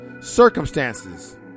circumstances